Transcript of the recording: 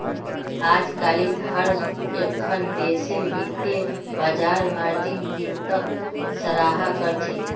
अजकालित हर एकखन देशेर वित्तीय बाजार मार्जिन वित्तक सराहा कर छेक